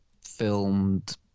filmed